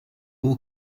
all